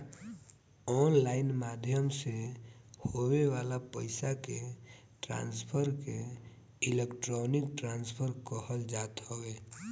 online माध्यम से होए वाला पईसा के ट्रांसफर के इलेक्ट्रोनिक ट्रांसफ़र कहल जात हवे